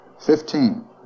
Fifteen